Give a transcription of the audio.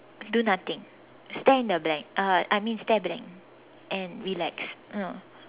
do nothing stare in the blank uh I mean stare blank and relax ya